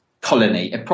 colony